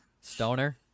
Stoner